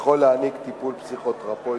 יכול להעניק טיפול פסיכותרפויטי.